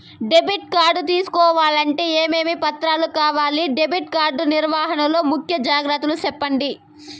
Debit card తీసుకోవాలంటే ఏమేమి పత్రాలు కావాలి? డెబిట్ కార్డు నిర్వహణ లో ముఖ్య జాగ్రత్తలు సెప్పండి?